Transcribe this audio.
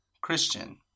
Christian